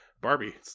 Barbie